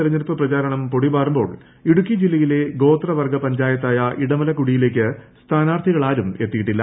തെരഞ്ഞെടുപ്പ് പ്രചാരണം പൊടിപാറുമ്പോൾ ഇടുക്കി ജില്ലയിലെ ഗോത്ര വർഗ്ഗ പഞ്ചായത്തായ ഇടമലകുടിയിലേക്ക് സ്ഥാന്റാർത്ഥികളാരും എത്തിയില്ല